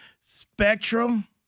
Spectrum